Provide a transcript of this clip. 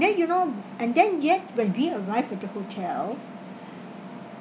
then you know and then yet when we arrived at the hotel